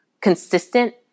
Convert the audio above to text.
consistent